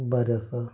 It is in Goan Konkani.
बरें आसा